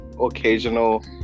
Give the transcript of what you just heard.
occasional